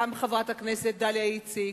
גם חברת הכנסת דליה איציק,